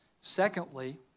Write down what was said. Secondly